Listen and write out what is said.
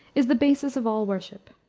is the basis of all worship.